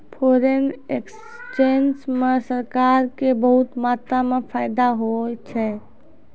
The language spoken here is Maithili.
फोरेन एक्सचेंज म सरकार क बहुत मात्रा म फायदा होय छै